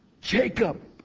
Jacob